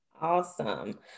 Awesome